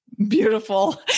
Beautiful